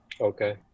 okay